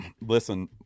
Listen